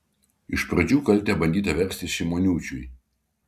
iš pradžių kaltę bandyta versti šimoniūčiui